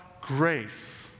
grace